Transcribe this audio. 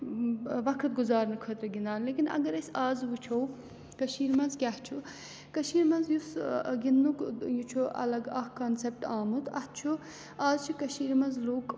وقت گُزارنہٕ خٲطرٕ گِنٛدان لیکِن اگر أسۍ آز وٕچھو کٔشیٖر منٛز کیاہ چھُ کٔشیٖر منٛز یُس گِنٛدنُک یہِ چھُ الگ اَکھ کانسیٚپٹ آمُت اَتھ چھُ آز چھِ کٔشیٖر منٛز لُکھ